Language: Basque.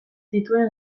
dituen